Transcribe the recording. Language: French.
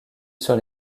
sur